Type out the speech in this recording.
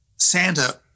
Santa